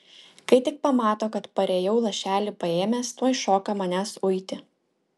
kai tik pamato kad parėjau lašelį paėmęs tuoj šoka manęs uiti